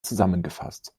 zusammengefasst